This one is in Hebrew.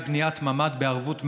אולי בניית ממ"ד בערבות מדינה.